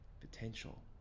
potential